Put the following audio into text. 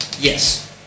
Yes